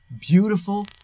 beautiful